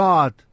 God